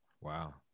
wow